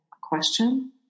question